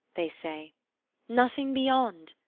they say nothing beyond?